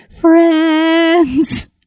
friends